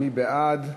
מי בעד?